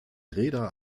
räder